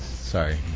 Sorry